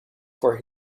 for